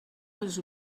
dels